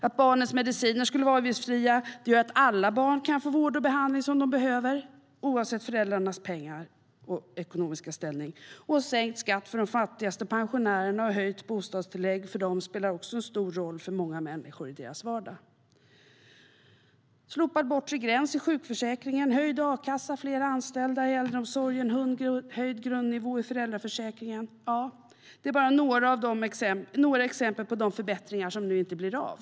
Att barnens mediciner är avgiftsfria gör att alla barn kan få den vård och den behandling som de behöver oavsett föräldrarnas ekonomiska ställning. Slopad bortre gräns i sjukförsäkringen, höjd a-kassa, fler anställda i äldreomsorgen och höjd grundnivå i föräldraförsäkringen är bara några exempel på de förbättringar som nu inte blir av.